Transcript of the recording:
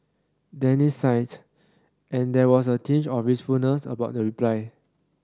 Danny sighed and there was a tinge of wistfulness about the reply